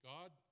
God